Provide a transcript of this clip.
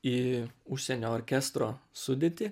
į užsienio orkestro sudėtį